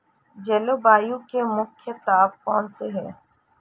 जलवायु के मुख्य तत्व कौनसे हैं?